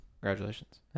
congratulations